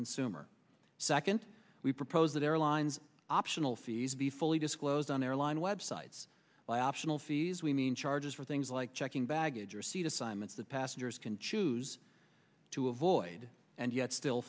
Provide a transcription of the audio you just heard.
consumer second we propose that airlines optional fees be fully disclosed on airline websites by optional fees we mean charges for things like checking baggage or seat assignments that passengers can choose to avoid and yet still